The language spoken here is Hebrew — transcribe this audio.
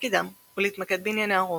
תפקידם הוא להתמקד בענייני הרובע,